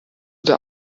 der